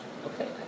Okay